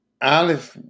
Alice